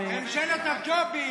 ממשלת הג'ובים.